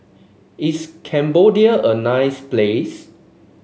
is Cambodia a nice place